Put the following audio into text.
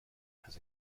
has